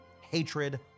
hatred